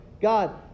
God